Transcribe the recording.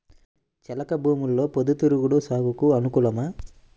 చెలక భూమిలో పొద్దు తిరుగుడు సాగుకు అనుకూలమా?